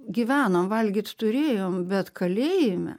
gyvenom valgyt turėjom bet kalėjime